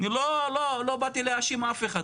לא באתי להאשים אף אחד,